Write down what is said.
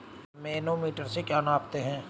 Manometer से क्या नापते हैं?